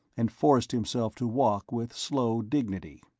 and forced himself to walk with slow dignity.